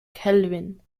kelvin